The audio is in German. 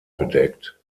bedeckt